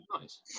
nice